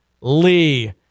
Lee